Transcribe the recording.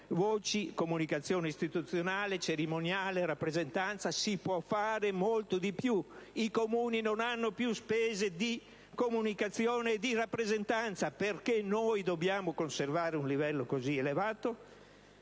voci: comunicazione istituzionale, cerimoniale, rappresentanza. Si può fare molto di più. I Comuni non hanno più spese di comunicazione e di rappresentanza. Per quale motivo noi dobbiamo conservarne un livello così elevato?